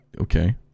okay